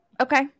Okay